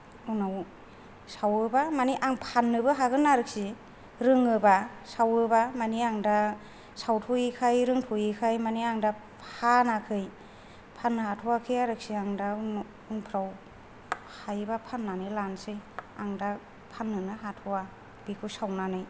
उनाव सावोबा माने आं फाननोबो हागोन आरोखि रोङोबा सावोबा माने आं दा सावथ'यिखाय रोंथ'यिखाय माने आं दा फानाखै फाननो हाथ'वाखै आरोखि आं दा उन उनफ्राव हायोबा फाननानै लानोसै आं दा फानोनो हाथ'वा बेखौ सावनानै